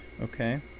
Okay